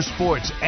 Sports